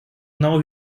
now